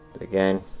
again